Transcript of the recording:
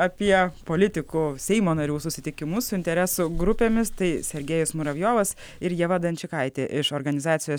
apie politikų seimo narių susitikimus su interesų grupėmis tai sergejus muravjovas ir ieva dunčikaitė iš organizacijos